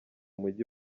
mujyi